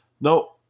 No